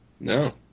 No